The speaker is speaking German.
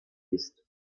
ist